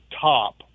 top